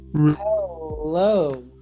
hello